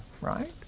right